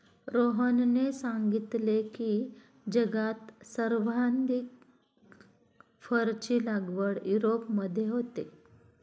रोहनने सांगितले की, जगात सर्वाधिक फरची लागवड युरोपमध्ये होते